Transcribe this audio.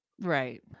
right